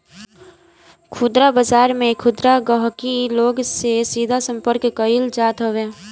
खुदरा बाजार में खुदरा गहकी लोग से सीधा संपर्क कईल जात हवे